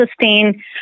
sustain